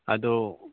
ꯑꯗꯣ